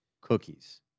cookies